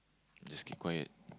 just keep quiet